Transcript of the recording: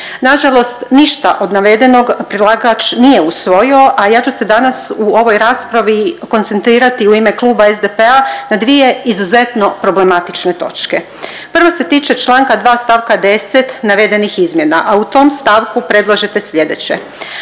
Nažalost, ništa od navedenog predlagač nije usvojio, a ja ću se danas u ovoj raspravi koncentrirati u ime Kluba SDP-a na dvije izuzetno problematične točke. Prva se tiče Članka 2. stavka 10. navedenih izmjena, a u tom stavku predlažete slijedeće,